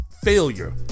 failure